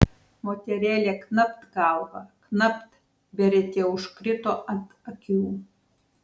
moterėlė knapt galva knapt beretė užkrito ant akių